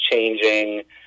changing